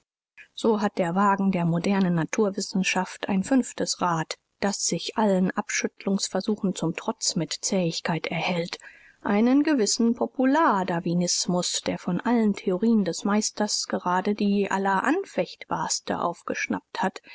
so hat der wagen der modernen naturwissenschaft ein fünftes rad das sich allen abschüttelungsversuchen zum trotz mit zähigkeit erhält einen gewissen popular-darwinismus der von allen theorien des meisters gerade die alleranfechtbarste aufgeschnappt hat